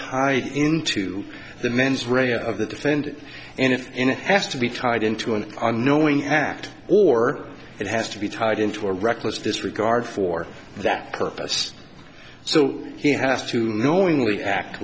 tied into the mens rea of the defend and if it has to be tied into an unknowing act or it has to be tied into a reckless disregard for that purpose so he has to knowingly act